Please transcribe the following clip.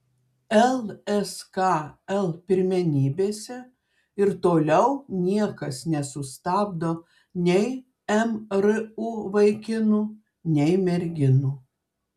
lskl pirmenybėse ir toliau niekas nesustabdo nei mru vaikinų nei merginų